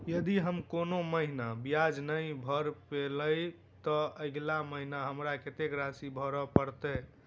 यदि हम कोनो महीना ब्याज नहि भर पेलीअइ, तऽ अगिला महीना हमरा कत्तेक राशि भर पड़तय?